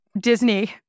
Disney